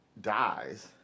dies